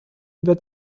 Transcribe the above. über